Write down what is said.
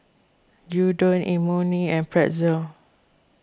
Gyudon Imoni and Pretzel